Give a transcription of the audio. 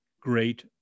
great